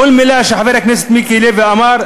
לכל מילה שחבר הכנסת מיקי לוי אמר,